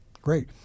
Great